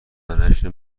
نشر